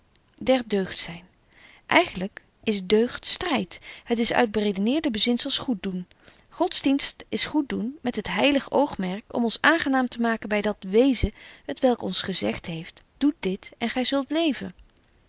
der deugd zyn eigenlyk is deugd stryd het is uit beredeneerde beginzels goed doen godsdienst is goed doen met het heilig oogmerk om ons aangenaam te maken by dat w e e z e n t welk ons gezegt heeft doet dit en gy zult leven